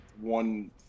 one